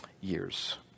years